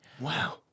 Wow